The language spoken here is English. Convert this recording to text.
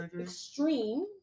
extreme